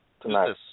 tonight